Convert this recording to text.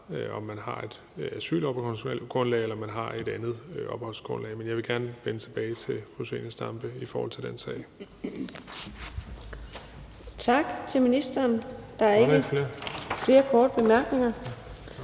om man har et asylopholdsgrundlag eller man har et andet opholdsgrundlag. Men jeg vil gerne vende tilbage til fru Zenia Stampe i forhold til den sag.